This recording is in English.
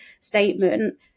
statement